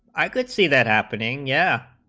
i could see that happening yeah